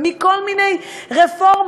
ומכל מיני רפורמות,